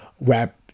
rap